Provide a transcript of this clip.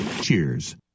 Cheers